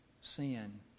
Sin